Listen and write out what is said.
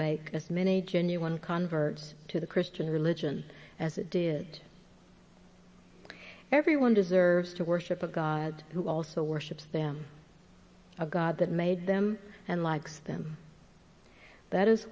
make as many genuine converts to the christian religion as it did everyone deserves to worship a god who also worships them of god that made them and likes them that is